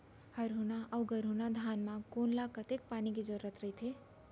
हरहुना अऊ गरहुना धान म कोन ला कतेक पानी के जरूरत रहिथे?